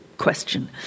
question